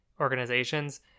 organizations